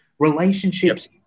relationships